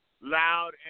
loud